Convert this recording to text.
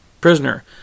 prisoner